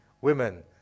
women